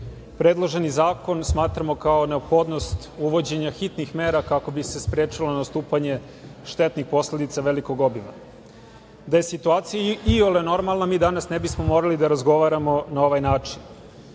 zakona. Predloženi zakon smatramo kao neophodnost uvođenja hitnih mera kako bi se sprečilo nastupanje štetnih posledica velikog obima. Da je situacija iole normalna, mi danas ne bismo morali da razgovaramo na ovaj način,